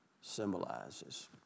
symbolizes